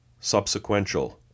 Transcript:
Subsequential